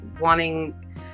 wanting